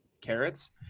carrots